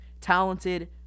talented